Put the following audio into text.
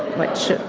which,